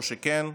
או שכן?